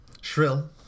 Shrill